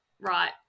right